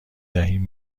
دهیم